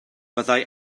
byddai